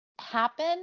happen